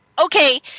okay